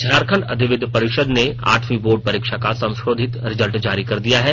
झारखंड अधिविध परिषद ने आठवीं बोर्ड परीक्षा का संशोधित रिजल्ट जारी कर दिया है